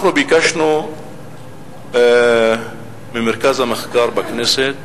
אנחנו ביקשנו ממרכז המחקר בכנסת